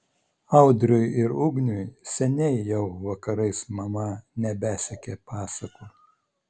audriui ir ugniui seniai jau vakarais mama nebesekė pasakų